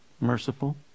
Merciful